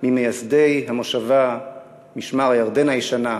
ממייסדי המושבה משמר-הירדן הישנה,